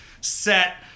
set